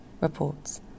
reports